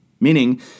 Meaning